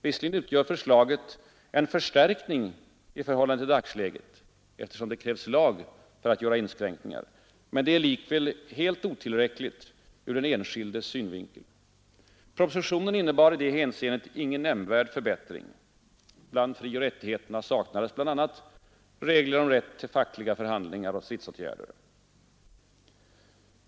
Förslaget utgör visserligen en förstärkning i förhållande till dagsläget — eftersom det krävs lag för att göra inskränkningar — men är likväl helt otillräckligt ur den enskildes synvinkel. Propositionen innebar i detta hänseende ingen nämnvärd förbättring. Bland frioch rättigheterna saknades bl.a. regler om rätt till fackliga förhandlingar och stridsåtgärder.